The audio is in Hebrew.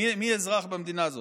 מי אזרח במדינה הזאת.